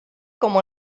como